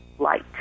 Light